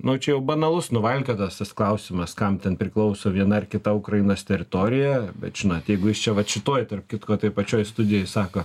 nu čia jau banalus nuvalkiotas tas klausimas kam ten priklauso viena ar kita ukrainos teritorija bet žinot jeigu jūs čia vat šitoj tarp kitko toj pačioj studijoj sako